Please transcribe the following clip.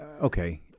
Okay